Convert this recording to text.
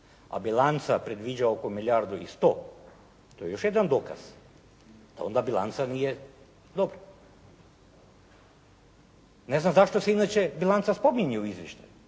a bilanca predviđa oko milijardu i 100, to je još jedan dokaz da onda bilanca nije dobra. Ne znam zašto se inače bilanca spominje u izvještaju?